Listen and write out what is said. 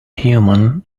human